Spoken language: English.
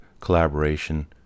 collaboration